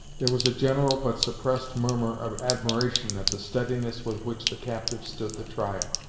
there was a general but suppressed murmur of admiration at the steadiness with which the captive stood the trial.